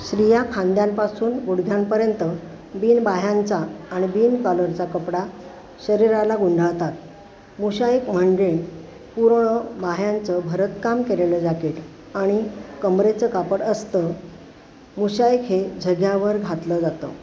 स्त्रिया खांद्यांपासून गुडघ्यांपर्यंत बिनबाह्यांचा आणि बिन कॉलरचा कपडा शरीराला गुंडाळतात मुशाईक म्हणजे पूर्ण बाह्यांचं भरतकाम केलेलं जॅकेट आणि कमरेचं कापड असतं मुशाईक हे झग्यावर घातलं जातं